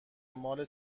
مال